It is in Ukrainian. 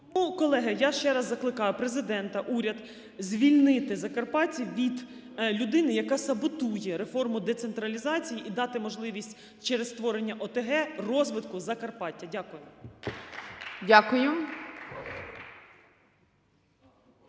колеги, я ще раз закликаю Президента, уряд звільнити закарпатців від людини, яка саботує реформу децентралізації, і дати можливість через створення ОТГ розвитку Закарпаття. Дякую.